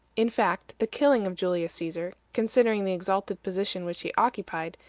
in fact, the killing of julius caesar, considering the exalted position which he occupied,